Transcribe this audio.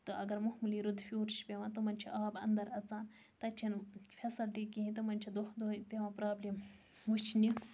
تہٕ اگر معموٗلی رُدٕ پھیوٗر چھُ پیٚوان تمن چھُ آب اَندَر اَژان تَتہ چھَنہٕ فیسَلٹی کِہیٖنۍ تِمن چھَ دۄہہ دُہے پیٚوان پرابلم وٕچھنہِ